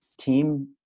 team